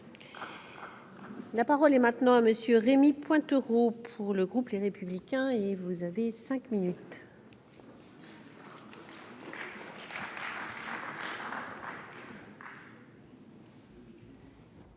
Parole est maintenant à monsieur Rémy Pointereau pour le groupe Les Républicains et vous avez 5 minutes.